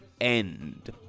end